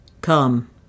Come